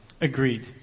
Agreed